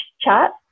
chat